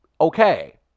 okay